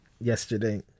yesterday